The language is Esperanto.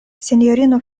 sinjorino